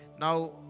Now